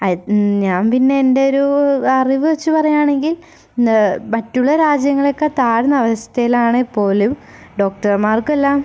ആ ഞാൻ പിന്നെ എൻ്റെ ഒരു അറിവ് വെച്ച് പറയുവാണെങ്കിൽ എന്താണ് മറ്റുള്ള രാജ്യങ്ങളേക്കാൾ താഴ്ന്ന അവസ്ഥയിലാണെങ്കിൽ പോലും ഡോക്ടർമാർക്കെല്ലാം